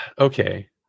Okay